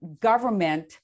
government